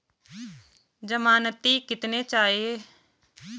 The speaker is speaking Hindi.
ज़मानती कितने चाहिये?